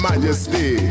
Majesty